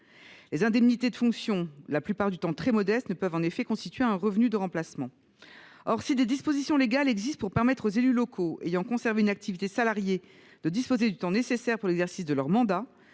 Les indemnités de fonction, la plupart du temps très modestes, ne peuvent en effet constituer un revenu de remplacement. Or, si des dispositions légales existent pour permettre aux élus locaux ayant conservé une activité salariée de disposer du temps nécessaire pour l’exercice de leur mandat